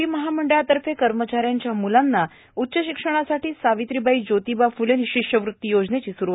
टो महामंडळातफ कमचाऱ्यांच्या मुलांना उच्च शिक्षणासाठो सर्वावत्रीबाई जोोतबा फुले शिष्यवृत्ती योजना सुरु